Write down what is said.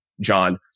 John